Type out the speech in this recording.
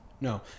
No